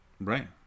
Right